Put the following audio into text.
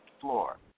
floor